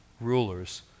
rulers